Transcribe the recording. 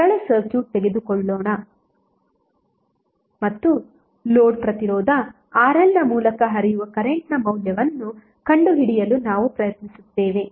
ನಾವು ಒಂದು ಸರಳ ಸರ್ಕ್ಯೂಟ್ ತೆಗೆದುಕೊಳ್ಳೋಣ ಮತ್ತು ಲೋಡ್ ಪ್ರತಿರೋಧ RLನ ಮೂಲಕ ಹರಿಯುವ ಕರೆಂಟ್ನ ಮೌಲ್ಯವನ್ನು ಕಂಡುಹಿಡಿಯಲು ನಾವು ಪ್ರಯತ್ನಿಸುತ್ತೇವೆ